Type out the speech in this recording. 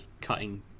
cutting